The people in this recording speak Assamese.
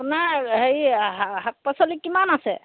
আপোনাৰ হেৰি শা শাক পাচলি কিমান আছে